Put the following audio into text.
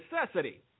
necessity